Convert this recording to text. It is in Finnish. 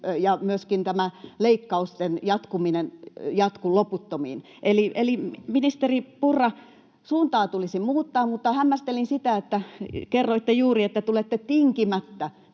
jatkuminen jatku loputtomiin. Eli, ministeri Purra, suuntaa tulisi muuttaa, mutta hämmästelin, että kerroitte juuri, että tulette tinkimättä